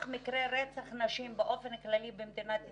מקרה רצח נשים באופן כללי במדינת ישראל,